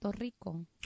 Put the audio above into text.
Rico